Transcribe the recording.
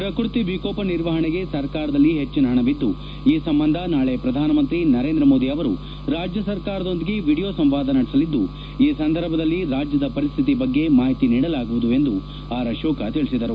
ಪ್ರಕೃತಿ ವಿಕೋಪ ನಿರ್ವಹಣೆಗೆ ಸರ್ಕಾರದಲ್ಲಿ ಹೆಚ್ಚಿನ ಹಣವಿದ್ದು ಈ ಸಂಬಂಧ ನಾಳಿ ಪ್ರಧಾನಮಂತ್ರಿ ನರೇಂದ್ರ ಮೋದಿ ಅವರು ರಾಜ್ಯ ಸರ್ಕಾರದೊಂದಿಗೆ ವೀಡಿಯೋ ಸಂವಾದ ನಡೆಸಲಿದ್ದು ಈ ಸಂದರ್ಭದಲ್ಲಿ ರಾಜ್ಯದ ಪರಿಸ್ತಿತಿ ಬಗ್ಗೆ ಮಾಹಿತಿ ನೀಡಲಾಗುವುದು ಎಂದು ಆರ್ ಅಶೋಕ ತಿಳಿಸಿದರು